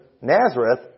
Nazareth